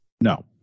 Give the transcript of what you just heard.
No